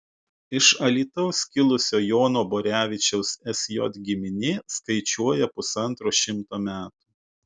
iš alytaus kilusio jono borevičiaus sj giminė skaičiuoja pusantro šimto metų